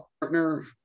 partner